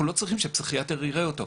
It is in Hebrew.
אנחנו לא צריכים שפסיכיאטר יראה אותו.